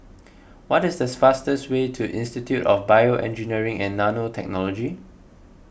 what is the fastest way to Institute of BioEngineering and Nanotechnology